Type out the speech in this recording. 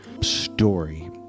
story